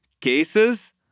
cases